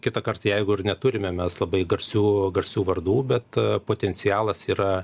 kitąkart jeigu ir neturime mes labai garsių garsių vardų bet potencialas yra